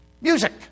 music